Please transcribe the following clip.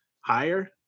higher